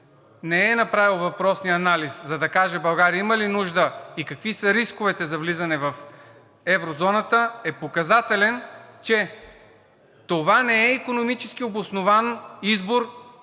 не е направила въпросния анализ, за да каже България има ли нужда и какви са рисковете за влизане в еврозоната, е показателен, че това не е икономически обоснован избор